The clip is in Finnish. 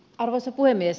arvoisa puhemies